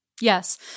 yes